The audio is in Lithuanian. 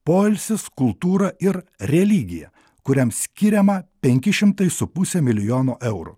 poilsis kultūra ir religija kuriam skiriama penki šimtai su puse milijono eurų